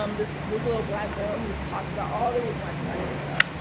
um this this little black girl talks about all the reason why she likes herself.